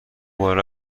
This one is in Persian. بالا